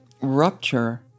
rupture